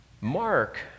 Mark